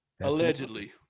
allegedly